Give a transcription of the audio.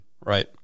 right